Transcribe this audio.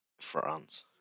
France